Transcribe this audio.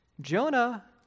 Jonah